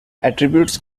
attributes